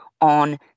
on